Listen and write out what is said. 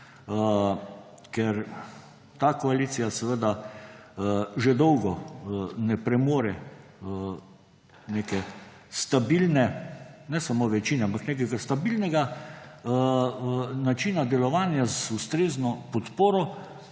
ker ta koalicija že dolgo ne premore neke stabilne ne samo večine, ampak nekega stabilnega načina delovanja z ustrezno podporo,